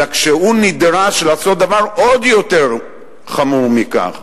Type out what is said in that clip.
אלא שכשהוא נדרש לעשות דבר עוד יותר חמור מכך,